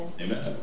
Amen